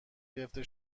گرفته